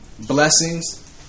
blessings